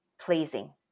pleasing